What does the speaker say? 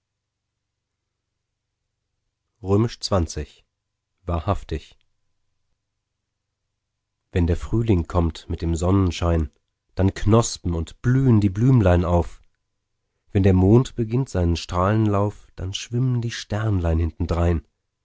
wahrhaftig wenn der frühling kommt mit dem sonnenschein dann knospen und blühen die blümlein auf wenn der mond beginnt seinen strahlenlauf dann schwimmen die sternlein hintendrein